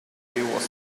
invented